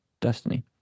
destiny